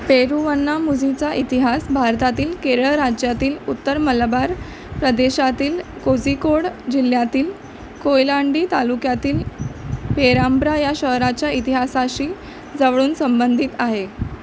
पेरुवन्नामुझीचा इतिहास भारतातील केरळ राज्यातील उत्तर मलबार प्रदेशातील कोझिकोड जिल्ह्यातील कोयलांडी तालुक्यातील पेरांब्रा या शहराच्या इतिहासाशी जवळून संबंधित आहे